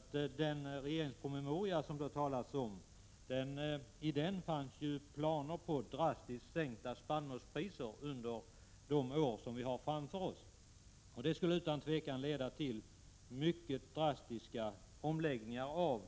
I den regeringspromemoria som det talats om fanns planer på drastiska sänkningar av spannmålspriserna under de år som vi har framför oss. Det skulle utan tvivel leda till mycket drastiska omläggningar av